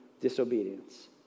disobedience